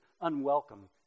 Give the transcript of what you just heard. unwelcome